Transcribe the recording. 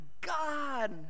God